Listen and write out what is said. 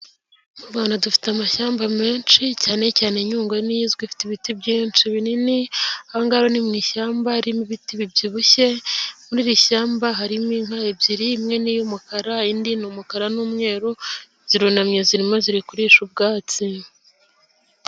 Mu Rwanda dufite amashyamba menshi cyane cyane Nyungwe niyo izwi ifite ibiti byinshi binini, aha ngaha ni mu ishyamba ririmo ibiti bibyibushye, muri iri shyamba harimo inka ebyiri, imwe ni iy'umukara, indi ni umukara n'umweru, zirunamye zirimo ziri kurisha ubwatsi.